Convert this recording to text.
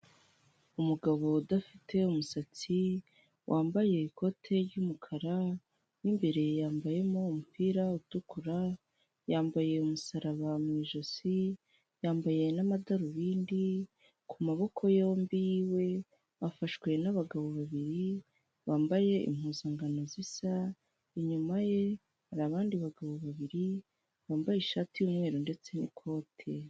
Umugabo udafite umusatsi wambaye ikote ry'umukara mo imbere yambayemo umupira utukura, yambaye umusaraba mu ijosi, yambaye n'amadarubindi, ku maboko yombi we afashwe n'abagabo babiri bambaye impuzangano zisa inyuma ye hari abandi bagabo babiri bambaye ishati yumweru ndetse n'ikote.